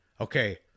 Okay